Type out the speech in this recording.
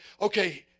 okay